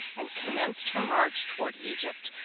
and commenced her march toward egypt,